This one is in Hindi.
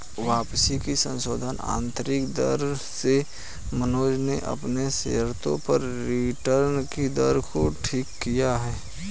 वापसी की संशोधित आंतरिक दर से मनोज ने अपने शेयर्स पर रिटर्न कि दर को ठीक किया है